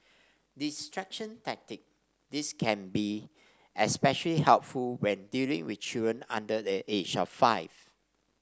distraction tactic this can be especially helpful when dealing with children under the age of five